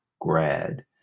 Grad